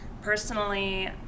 Personally